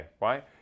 right